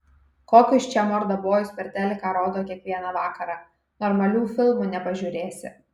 kokius čia mordabojus per teliką rodo kiekvieną vakarą normalių filmų nepažiūrėsi